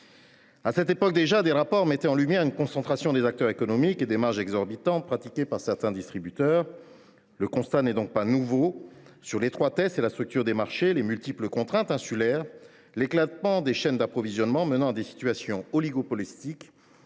À cette époque déjà, des rapports mettaient en lumière une concentration des acteurs économiques et des marges exorbitantes pratiquées par certains distributeurs. Le constat n’est donc pas nouveau sur l’étroitesse et la structure des marchés, les multiples contraintes insulaires, l’éclatement des chaînes d’approvisionnement menant à des situations oligopolistiques,